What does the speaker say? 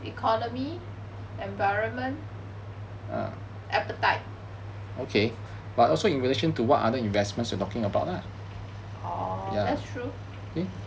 economy environment appetite orh that's true